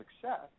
success